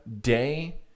day